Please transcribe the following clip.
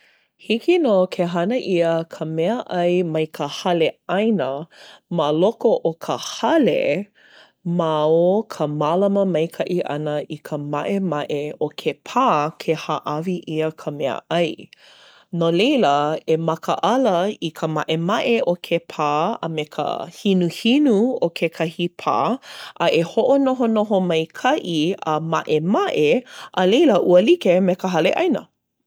Hiki nō ke hana ʻia ka meaʻai mai ka hale ʻaina ma loko o ka hale ma o ka mālama maikaʻi ʻana o ka maʻemaʻe o ke pā ke hāʻawi ʻia ka meaʻai. No leila, e mālama i ka maʻemaʻe o ke pā a me ka hinuhinu o kekahi pā, a e hoʻonohonoho maikaʻi a maʻemaʻe, a leila ua like me ka hale ʻaina.